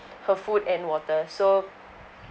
her food and water so